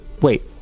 wait